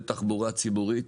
כולל תחבורה ציבורית,